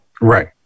Right